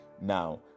Now